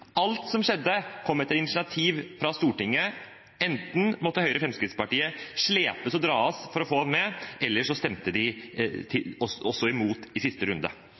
Alt som skjedde, kom etter initiativ fra Stortinget – enten måtte Høyre og Fremskrittspartiet slepes og dras for å bli med, eller så stemte de imot også i siste runde.